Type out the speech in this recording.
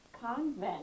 convent